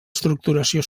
estructuració